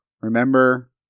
remember